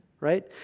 Right